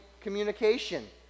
communication